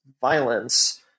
violence